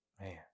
man